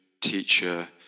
teacher